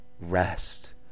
rest